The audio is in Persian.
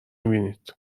بینید